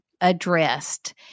addressed